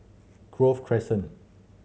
Grove Crescent